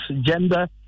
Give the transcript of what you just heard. gender